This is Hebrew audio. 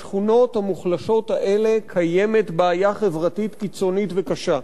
בשכונות המוחלשות האלה קיימת בעיה חברתית קיצונית וקשה.